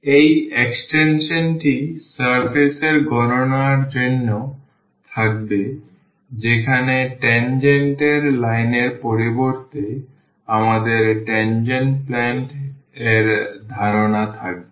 এর এক্সটেনশনটি সারফেস এর গণনার জন্য থাকবে যেখানে tangent এর লাইনের পরিবর্তে আমাদের tangent plane এর ধারণা থাকবে